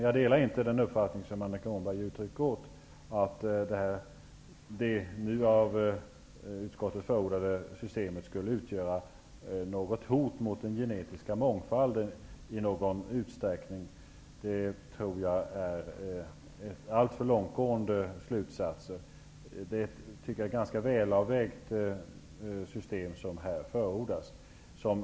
Jag delar inte den uppfattning som Annika Åhnberg ger uttryck åt, att det nu av utskottet förordade systemet i någon utsträckning skulle utgöra ett hot mot den genetiska mångfalden. Jag tror att det är en alltför långtgående slutsats. Jag tycker att det system som här förordas är ganska väl avvägt.